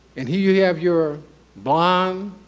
and here you have your blonde,